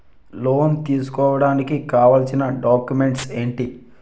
Loan తీసుకోడానికి కావాల్సిన documents ఎంటి?